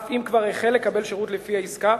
אף אם כבר החל לקבל שירות לפי העסקה,